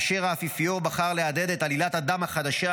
האפיפיור בחר להדהד את עלילת הדם החדשה